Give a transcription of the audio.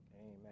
Amen